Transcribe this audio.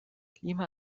lima